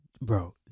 bro